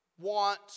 want